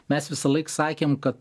mes visąlaik sakėm kad